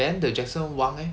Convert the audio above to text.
then the jackson wang eh